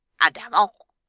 a devil,